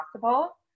possible